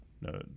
no